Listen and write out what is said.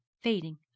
fading